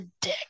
dick